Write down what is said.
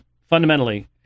fundamentally